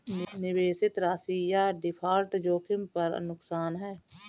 निवेशित राशि या डिफ़ॉल्ट जोखिम पर नुकसान है